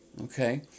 Okay